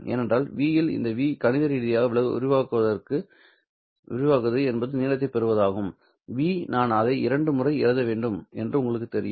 ஏனென்றால் 'v இல் இந்த 'v ஐ கணித ரீதியாக விரிவாக்குவது என்பது நீளத்தைப் பெறுவதாகும் 'v நான் அதை இரண்டு முறை எழுத வேண்டும் என்று உங்களுக்குத் தெரியும்